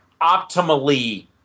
optimally